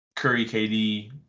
Curry-KD